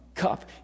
cup